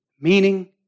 Meaning